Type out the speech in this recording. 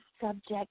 subject